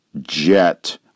jet